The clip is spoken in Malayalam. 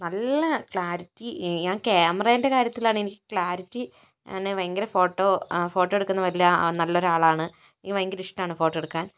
നല്ല ക്ലാരിറ്റി ഞാൻ കാമറയിൻ്റെ കാര്യത്തിലാണ് എനിക്ക് ക്ലാരിറ്റി ഞാന് ഭയങ്കര ഫോട്ടോ ഫോട്ടോ എടുക്കുന്ന നല്ലൊരു ആളാണ് എനിക്ക് ഭയങ്കര ഇഷ്ടമാണ് ഫോട്ടോ എടുക്കാൻ